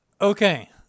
Okay